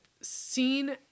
seen